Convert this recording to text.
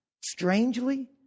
Strangely